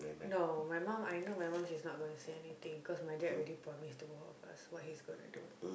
no my mum I know my mum she is not gonna say anything cause my dad already promise to go out first what he is gonna do